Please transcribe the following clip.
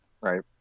right